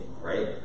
right